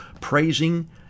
praising